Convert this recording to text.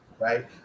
right